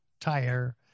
tire